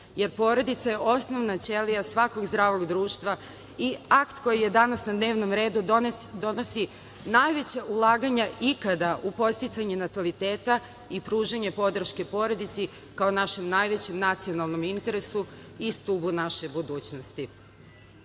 jer porodica je osnovna ćelija svakog zdravog društva i akt koji je danas na dnevnom redu donosi najveća ulaganja ikada u podsticanju nataliteta i pružanju podrške porodici kao našem najvećem nacionalnom interesu i stubu naše budućnosti. Takođe